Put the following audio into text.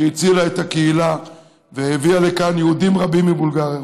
שהצילה את הקהילה והביאה לכאן יהודים רבים מבולגריה.